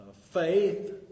faith